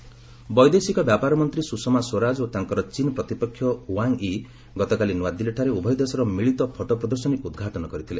ସୁଷମା ସ୍ୱରାଜ ବୈଦେଶିକ ବ୍ୟାପାର ମନ୍ତ୍ରୀ ସୁଷମା ସ୍ୱରାଜ ଓ ତାଙ୍କର ଚୀନ୍ ପ୍ରତିପକ୍ଷ ୱାଙ୍ଗ ୟି ଗତକାଲି ନୂଆଦିଲ୍ଲୀଠାରେ ଉଭୟ ଦେଶର ମିଳିତ ଫଟୋ ପ୍ରଦର୍ଶନୀକୁ ଉଦ୍ଘାଟନ କରିଥିଲେ